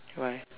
why